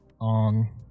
on